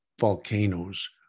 volcanoes